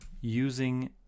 using